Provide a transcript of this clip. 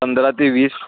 पंधरा ते वीस